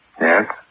Yes